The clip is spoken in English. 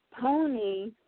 pony